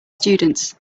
students